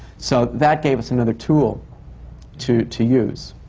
so that gave us another tool to to use.